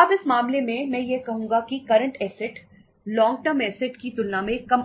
अब इस मामले में मैं यह कहूंगा कि करंट असेट्स कम से कम